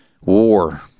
war